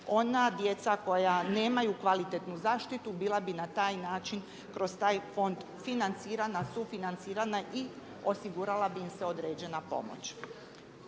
Ona djeca koja nemaju kvalitetnu zaštitu bila bi na taj način kroz taj fond financirana, sufinancirana i osigurala bi im se određena pomoć.